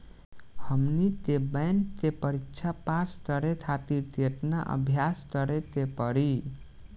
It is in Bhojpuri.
हमनी के बैंक के परीक्षा पास करे खातिर केतना अभ्यास करे के पड़ी?